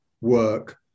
work